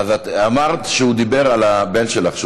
את אמרת שהוא דיבר על הבן שלך,